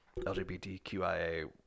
lgbtqia